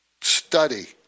study